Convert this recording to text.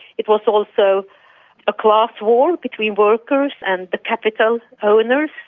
it was also a class war between workers and the capital owners.